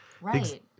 right